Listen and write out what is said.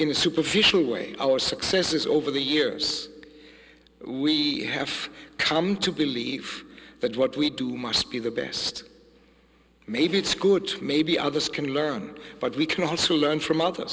in a superficial way our successes over the years we have come to believe that what we do must be the best maybe it's good maybe others can learn but we can also learn from other